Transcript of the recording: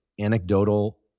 anecdotal